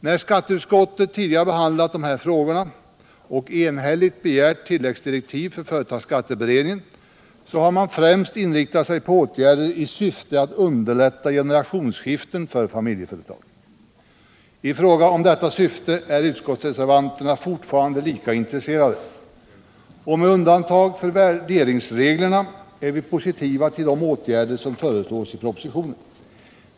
När skatteutskottet tidigare behandlade de här frågorna och enhälligt begärde tilläggsdirektiv för företags De mindre och skatteberedningen, inriktade man sig främst på åtgärder i syfte att unmedelstora derlätta generationsskiften för familjeföretag. företagens utveck I fråga om detta syfte är utskottsreservanterna fortfarande lika intres = ling, m.m. serade. Med undantag för värderingsreglerna är vi positivt inställda till de åtgärder som föreslås i propositionen.